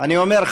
אני אומר,